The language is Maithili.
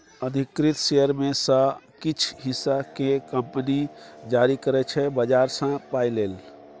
अधिकृत शेयर मे सँ किछ हिस्सा केँ कंपनी जारी करै छै बजार सँ पाइ लेल